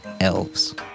Elves